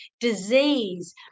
disease